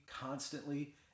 constantly